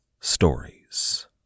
stories